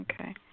Okay